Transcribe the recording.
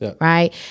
Right